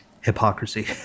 hypocrisy